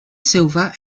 silver